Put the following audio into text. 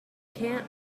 can’t